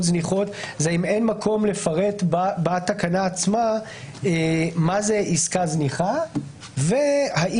זניחות אין מקום לפרט בתקנה עצמה מה זאת עסקה זניחה והאם